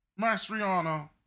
Mastriano